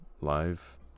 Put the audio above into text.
live